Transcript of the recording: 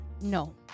no